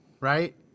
right